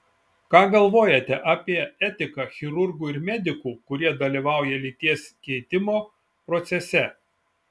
ką galvojate apie etiką chirurgų ir medikų kurie dalyvauja lyties keitimo procese